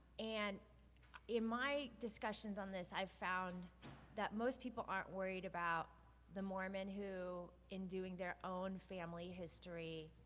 and in my discussions on this, i found that most people aren't worried about the mormon who, in doing their own family history,